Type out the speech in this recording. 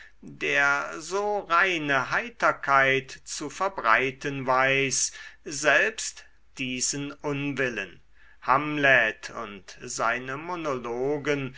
der so reine heiterkeit zu verbreiten weiß selbst diesen unwillen hamlet und seine monologen